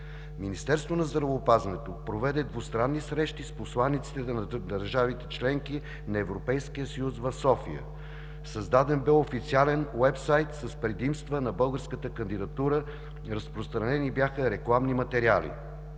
Министерството на здравеопазването проведе двустранни срещи с посланиците на държавите – членки на Европейския съюз, в София. Създаден бе официален уебсайт с предимства на българската кандидатура, разпространени бяха рекламни материали.